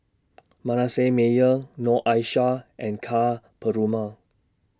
Manasseh Meyer Noor Aishah and Ka Perumal